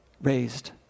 raised